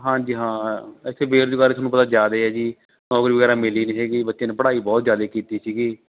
ਹਾਂਜੀ ਹਾਂ ਇੱਥੇ ਬੇਰੁਜ਼ਗਾਰੀ ਤੁਹਾਨੂੰ ਪਤਾ ਜ਼ਿਆਦਾ ਆ ਜੀ ਨੌਕਰੀ ਵਗੈਰਾ ਮਿਲੀ ਨਹੀਂ ਹੈਗੀ ਬੱਚੇ ਨੇ ਪੜ੍ਹਾਈ ਬਹੁਤ ਜ਼ਿਆਦਾ ਕੀਤੀ ਸੀਗੀ